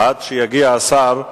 עד שיגיע השר,